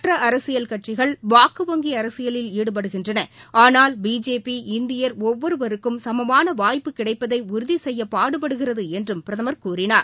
மற்றஅரசியல் கட்சிகள் வாக்குவங்கிஅரசியலில் ஈடுபடுகின்றன ஆனால் பிஜேபி இந்தியர் ஒவ்வொருவருக்கும் சமமானவாய்ப்பு கிடைப்பதைஉறுதிசெய்யபாடுபடுகிறதுஎன்றும் பிரதமர் கூறினார்